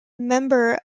member